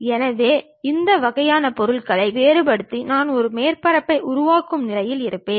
எனவே இந்த வகையான பொருள்களை வேறுபடுத்தி நான் ஒரு மேற்பரப்பை உருவாக்கும் நிலையில் இருப்பேன்